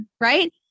right